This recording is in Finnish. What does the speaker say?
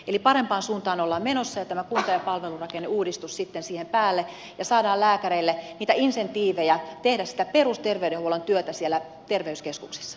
eli parempaan suuntaan ollaan menossa ja tämä kunta ja palvelurakenneuudistus tulee sitten siihen päälle ja saadaan lääkäreille niitä insentiivejä tehdä sitä perusterveydenhuollon työtä siellä terveyskeskuksissa